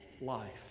life